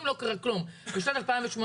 אם לא קרה כלום בשנת 2018,